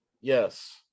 yes